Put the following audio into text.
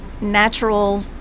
natural